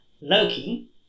Loki